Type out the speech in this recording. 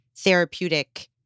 therapeutic